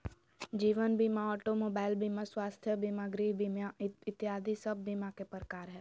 जीवन बीमा, auto mobile बीमा, स्वास्थ्य बीमा, गृह बीमा इत्यादि सब बीमा के प्रकार हय